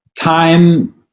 time